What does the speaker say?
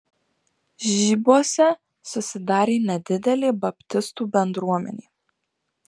žibuose susidarė nedidelė baptistų bendruomenė